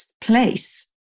place